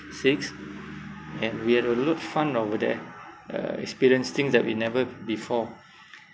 six and we had a lot fun over there uh experience things that we never before